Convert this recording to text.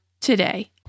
today